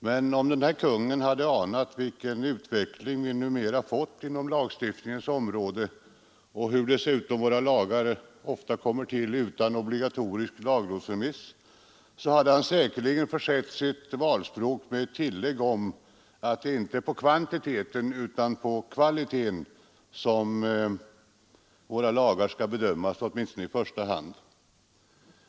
Men om denne kung hade anat vilken utveckling vi numera fått inom lagstiftningens område — och hur dessutom våra lagar oftast kommer till utan obligatorisk lagrådsremiss — hade han säkerligen försett sitt valspråk med ett tillägg om att det inte är efter kvantiteten utan efter kvaliteten som våra lagar skall bedömas, åtminstone i första hand.